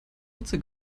ritze